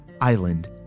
island